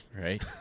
Right